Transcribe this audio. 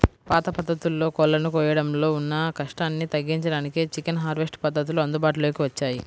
పాత పద్ధతుల్లో కోళ్ళను కోయడంలో ఉన్న కష్టాన్ని తగ్గించడానికే చికెన్ హార్వెస్ట్ పద్ధతులు అందుబాటులోకి వచ్చాయి